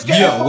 yo